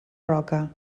roca